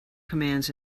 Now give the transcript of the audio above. commands